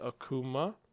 Akuma